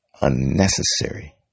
unnecessary